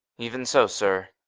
even so, sir.